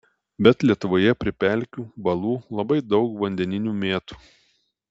bet lietuvoje prie pelkių balų labai daug vandeninių mėtų